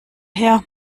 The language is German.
her